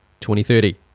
2030